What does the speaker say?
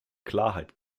klarheit